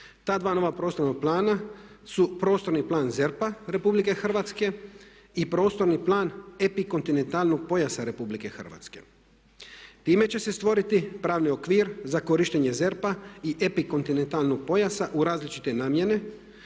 Ta dva nova prostorna plana su prostorni plan ZERP-a Republike Hrvatske i prostorni plan epikontinentalnog pojasa Republike Hrvatske. Time će se stvoriti pravni okvir za korištenje ZERP-a i epikontinentalnog pojasa u različite namjene